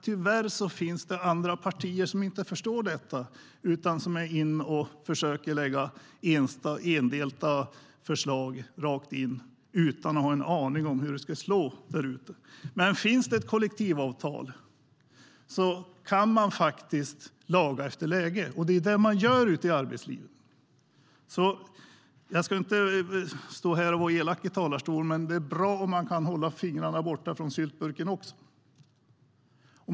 Tyvärr finns det andra partier som inte förstår det utan försöker lägga fram förslag utan att ha en aning om hur de kommer att slå där ute. Jag ska inte vara elak i talarstolen, men det är bra om man kan hålla fingrarna borta från syltburken.